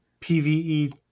PVE